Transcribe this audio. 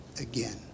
again